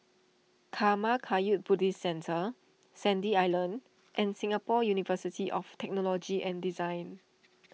Karma Kagyud Buddhist Centre Sandy Island and Singapore University of Technology and Design